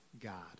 God